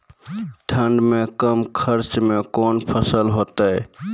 ठंड मे कम खर्च मे कौन फसल होते हैं?